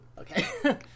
okay